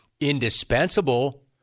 indispensable